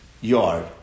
yard